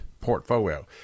portfolio